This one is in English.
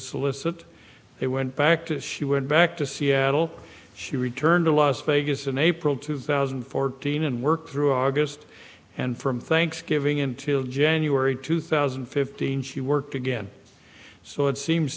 solicit it went back to she went back to seattle she returned to las vegas in april two thousand and fourteen and work through august and from thanksgiving until january two thousand and fifteen she worked again so it seems